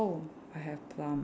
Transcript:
I have plum